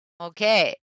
Okay